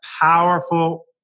powerful